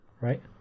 right